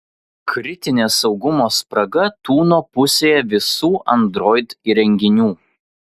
kritinė saugumo spraga tūno pusėje visų android įrenginių